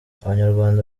abanyarwanda